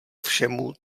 všemu